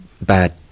bad